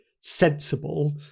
sensible